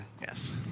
yes